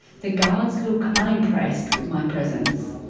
the guards look unimpressed with my presence.